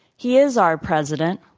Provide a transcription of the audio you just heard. he is our president,